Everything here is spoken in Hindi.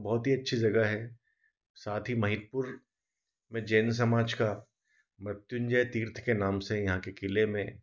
बहुत ही अच्छी जगह है साथ ही महिपुर में जैन समाज का मृत्युंजय तीर्थ के नाम से यहाँ के किले में